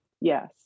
Yes